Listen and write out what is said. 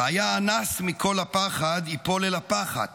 והיה הנס מקול הפחד יִפֹל אל הפחת